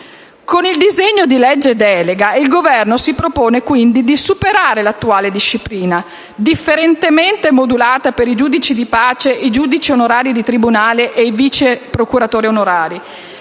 Con il disegno di legge delega n. 1738, il Governo si propone quindi di superare l'attuale disciplina, differentemente modulata per i giudici di pace, i giudici onorari di tribunale ed i vice procuratori onorari.